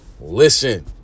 Listen